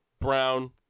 Brown